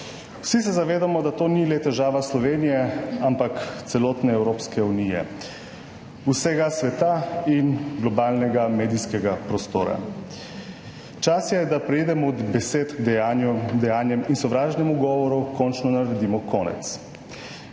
Vsi se zavedamo, da to ni le težava Slovenije, ampak celotne Evropske unije, vsega sveta in globalnega medijskega prostora. Čas je, da preidemo od besed k dejanjem, sovražnemu govoru končno naredimo konec